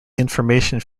information